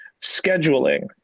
scheduling